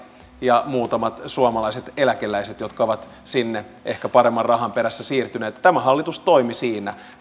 ja muutamat suomalaiset eläkeläiset jotka ovat sinne ehkä paremman rahan perässä siirtyneet tämä hallitus toimi siinä